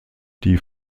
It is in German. die